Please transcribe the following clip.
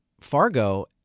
Fargo